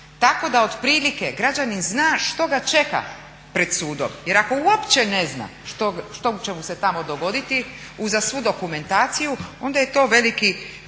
Tako da otprilike građanin zna što ga čeka pred sudom. Jer ako uopće ne zna što će mu se tamo dogoditi uza svu dokumentaciju, onda je to veliki